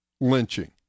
lynching